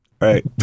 Right